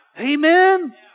amen